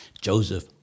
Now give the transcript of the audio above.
Joseph